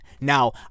now